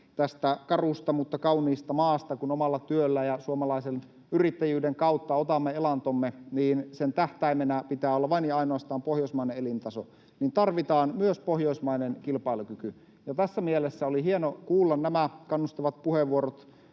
tässä karussa mutta kauniissa maassa. Kun omalla työllä ja suomalaisen yrittäjyyden kautta otamme elantomme, niin sen tähtäimenä pitää olla vain ja ainoastaan pohjoismainen elintaso. Tarvitaan myös pohjoismainen kilpailukyky. Tässä mielessä oli hienoa kuulla nämä kannustavat puheenvuorot